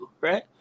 right